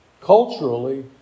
culturally